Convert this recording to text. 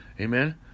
Amen